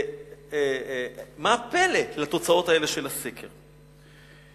מה הפלא שהתוצאות של הסקר כאלה?